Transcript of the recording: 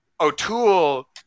o'toole